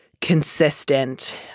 consistent